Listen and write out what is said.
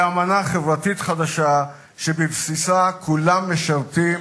לאמנה חברתית חדשה, שבבסיסה כולם משרתים